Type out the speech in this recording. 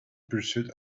pursuit